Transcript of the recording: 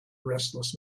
restless